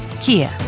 Kia